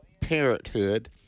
Parenthood